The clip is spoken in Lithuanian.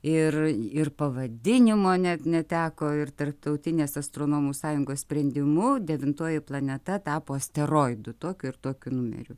ir ir pavadinimo net neteko ir tarptautinės astronomų sąjungos sprendimu devintoji planeta tapo asteroidu tokiu ir tokiu numeriu